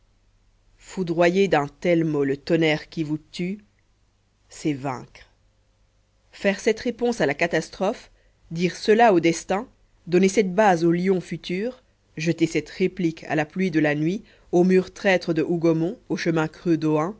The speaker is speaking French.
foudroyer d'un tel mot le tonnerre qui vous tue c'est vaincre faire cette réponse à la catastrophe dire cela au destin donner cette base au lion futur jeter cette réplique à la pluie de la nuit au mur traître de hougomont au chemin creux